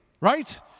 right